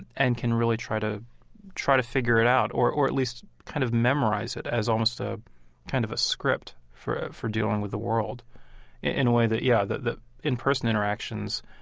and can really try to try to figure it out. or or at least, kind of memorize it as almost a kind of a script for for dealing with the world in a way that, yeah, that in-person interactions,